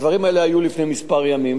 הדברים האלה היו לפני כמה ימים,